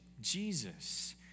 Jesus